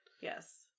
yes